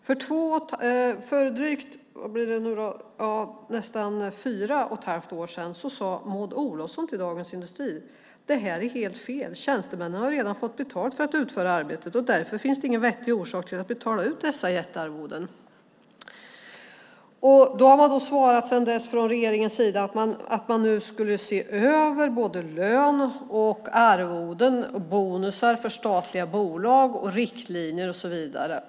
För nästan fyra och ett halvt år sedan sade Maud Olofsson till Dagens Industri: Det här är helt fel. Tjänstemännen har redan fått betalt för att utföra arbetet. Därför finns det ingen vettig orsak till att betala ut dessa jättearvoden. Sedan dess har man från regeringens sida svarat att man ska se över löner, arvoden, bonusar, riktlinjer och så vidare i statliga bolag.